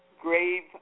grave